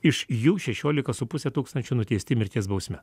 iš jų šešiolika su puse tūkstančio nuteisti mirties bausme